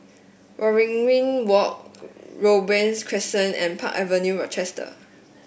Waringin Walk Robey Crescent and Park Avenue Rochester